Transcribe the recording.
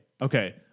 Okay